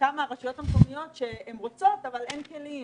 זעקה מהרשויות המקומיות שהן רוצות אבל אין כלים,